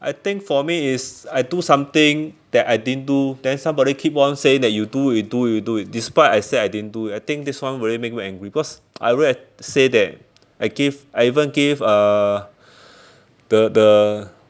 I think for me is I do something that I didn't do then somebody keep on saying that you do you do you do despite I say I didn't do I think this one really make me angry cause I already say that I gave I even gave a the the